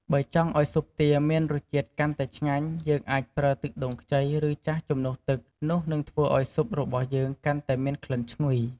បើចង់ឱ្យស៊ុបទាមានរសជាតិកាន់តែឆ្ងាញ់ យើងអាចប្រើ ទឹកដូងខ្ចី ឬ ចាស់ ជំនួសទឹក នោះនឹងធ្វើឱ្យស៊ុបរបស់យើងកាន់តែមានក្លិនឈ្ងុយ។